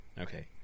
Okay